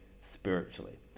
spiritually